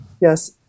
Yes